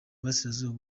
burasirazuba